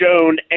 shown